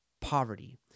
poverty